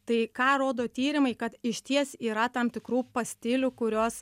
tai ką rodo tyrimai kad išties yra tam tikrų pastilių kurios